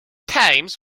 teams